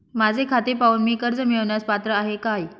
माझे खाते पाहून मी कर्ज मिळवण्यास पात्र आहे काय?